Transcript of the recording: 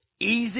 easy